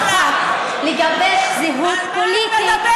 יש רק דרך אחת לגבש זהות פוליטית, על מה את מדברת?